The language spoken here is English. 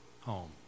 home